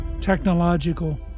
technological